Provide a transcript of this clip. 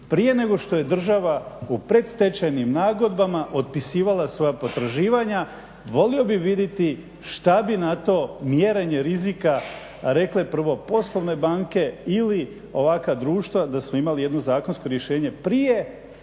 prije nego što je država u predstečajnim nagodbama otpisivala svoja potraživanja. Volio bih vidjeti šta bi na to mjerenje rizika rekle provo poslovne banke ili ovakva društva da smo imali jedno zakonsko rješenje prije